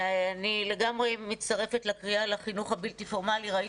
אני לגמרי מצטרפת לקריאה לחינוך הבלתי פורמלי.